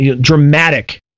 dramatic